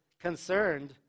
concerned